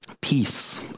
peace